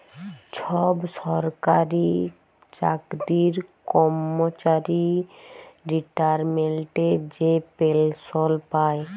ছব সরকারি চাকরির কম্মচারি রিটায়ারমেল্টে যে পেলসল পায়